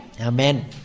Amen